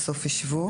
בסוף יישבו.